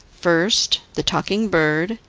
first, the talking bird,